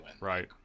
Right